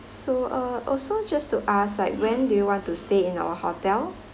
so uh also just to ask like when do you want to stay in our hotel